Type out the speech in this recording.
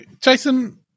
Jason